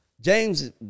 James